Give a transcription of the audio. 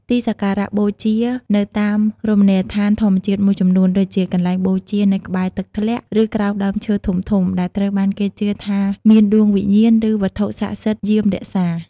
ទីសក្ការៈបូជានៅតាមរមណីយដ្ឋានធម្មជាតិមួយចំនួន ដូចជាកន្លែងបូជានៅក្បែរទឹកធ្លាក់ ឬក្រោមដើមឈើធំៗ ដែលត្រូវបានគេជឿថាមានដួងវិញ្ញាណ ឬវត្ថុស័ក្តិសិទ្ធិយាមរក្សា។